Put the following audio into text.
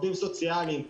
עובדים סוציאלים,